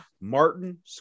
martin